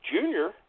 junior